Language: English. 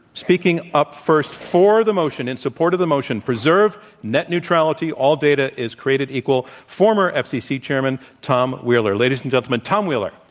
speaking up first for the motion, in support of the motion preserve net neutrality all data is created equal, former fcc chairman tom wheeler. ladies and gentlemen, tom wheeler.